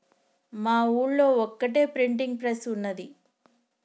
మా ఊళ్లో ఒక్కటే ప్రింటింగ్ ప్రెస్ ఉన్నది